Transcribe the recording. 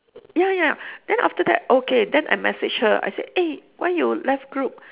ya ya then after that okay then I message her I said eh why you left group